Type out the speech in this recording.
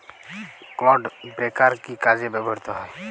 Clod breaker কি কাজে ব্যবহৃত হয়?